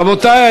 רבותי,